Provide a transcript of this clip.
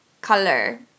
Color